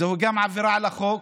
זוהי גם עבירה על החוק,